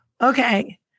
Okay